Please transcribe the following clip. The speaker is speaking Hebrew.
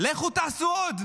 לכו תעשו עוד.